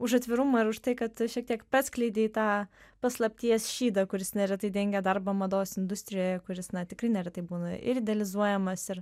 už atvirumą ir už tai kad šiek tiek paskleidei tą paslapties šydą kuris neretai dengia darbą mados industrijoje kuris na tikrai neretai būna ir idealizuojamas ir